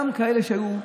גם כאלה שהיו,